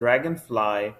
dragonfly